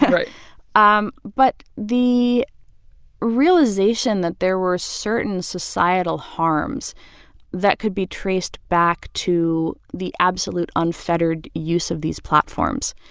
right um but the realization that there were certain societal harms that could be traced back to the absolute unfettered use of these platforms,